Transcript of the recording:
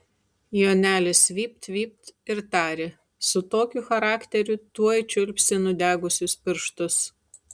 jonelis vypt vypt ir tarė su tokiu charakteriu tuoj čiulpsi nudegusius pirštus